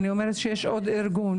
אני אומרת שיש עוד ארגון.